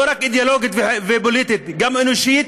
לא רק אידיאולוגית ופוליטית, גם אנושית,